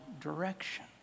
direction